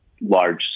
large